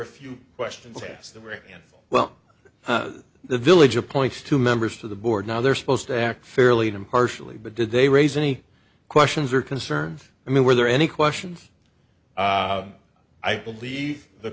a few questions asked that very well the village appoints two members to the board now they're supposed to act fairly and impartially but did they raise any questions or concerns i mean were there any questions i believe the